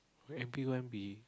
P O M B